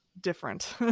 different